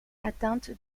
atteinte